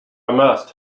must